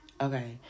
Okay